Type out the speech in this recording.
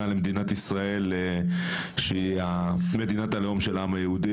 למדינת ישראל שהיא מדינת הלאום של העם היהודי.